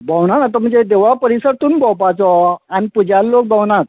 भोंवणांक व्हरता म्हणजे देवळा परिसर तुमी पळोवपाचो आमी पुजा लोक भोंवनात